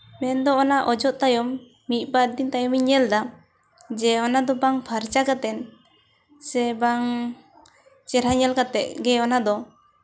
ᱢᱮᱱᱫᱚ ᱚᱱᱟ ᱚᱡᱚᱜ ᱛᱟᱭᱚᱢ ᱢᱤᱫ ᱵᱟᱨ ᱫᱤᱱ ᱛᱟᱭᱚᱢ ᱤᱧ ᱧᱮᱞ ᱮᱫᱟ ᱡᱮ ᱚᱱᱟ ᱫᱚ ᱵᱟᱝ ᱯᱷᱟᱨᱪᱟ ᱠᱟᱛᱮᱫ ᱥᱮ ᱵᱟᱝ ᱪᱮᱨᱦᱟ ᱧᱮᱞ ᱠᱟᱛᱮᱫ ᱜᱮ ᱚᱱᱟ ᱫᱚ